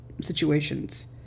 situations